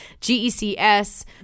G-E-C-S